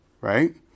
right